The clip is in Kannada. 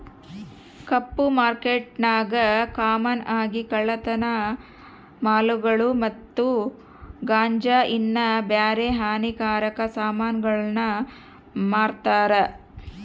ಕಪ್ಪು ಮಾರ್ಕೆಟ್ನಾಗ ಕಾಮನ್ ಆಗಿ ಕಳ್ಳತನ ಮಾಲುಗುಳು ಮತ್ತೆ ಗಾಂಜಾ ಇನ್ನ ಬ್ಯಾರೆ ಹಾನಿಕಾರಕ ಸಾಮಾನುಗುಳ್ನ ಮಾರ್ತಾರ